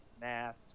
math